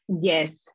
Yes